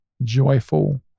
joyful